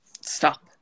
stop